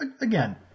Again